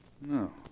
No